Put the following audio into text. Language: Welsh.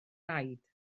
raid